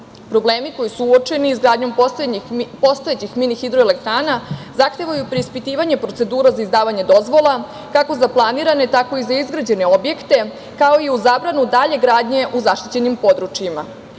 Problemi koji su uočeni izgradnjom postojećih mini hidroelektrana zahtevaju preispitivanje procedura za izdavanje dozvola kako za planirane, tako i za izgrađene objekte, kao i zabranu dalje gradnje u zaštićenim područjima. Upravo